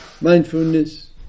mindfulness